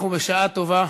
אנחנו, בשעה טובה,